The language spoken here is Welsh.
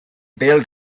bêl